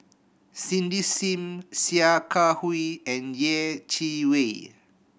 Cindy Sim Sia Kah Hui and Yeh Chi Wei